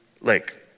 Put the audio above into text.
lake